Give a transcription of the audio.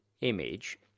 image